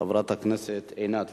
חברת הכנסת עינת וילף,